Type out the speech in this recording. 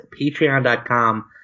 patreon.com